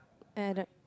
either